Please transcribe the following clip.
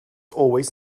always